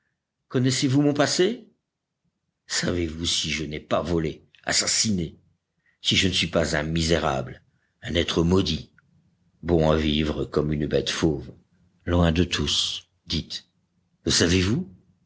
connaissez-vous mon passé savez-vous si je n'ai pas volé assassiné si je ne suis pas un misérable un être maudit bon à vivre comme une bête fauve loin de tous dites le savez-vous